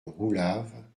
roulave